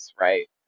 right